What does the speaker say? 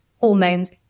hormones